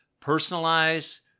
personalize